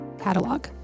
catalog